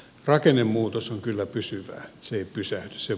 rakennemuutos on kyllä pysyvää se ei pysähdy